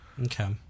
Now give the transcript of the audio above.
Okay